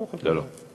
לא, לא.